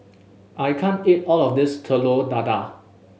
I can't eat all of this Telur Dadah